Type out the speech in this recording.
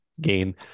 gain